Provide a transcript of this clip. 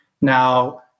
Now